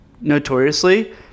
notoriously